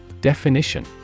Definition